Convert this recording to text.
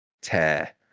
tear